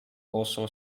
also